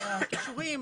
כישורים,